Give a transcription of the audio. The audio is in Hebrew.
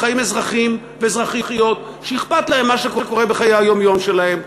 חיים אזרחים ואזרחיות שאכפת להם מה שקורה בחיי היום-יום שלהם,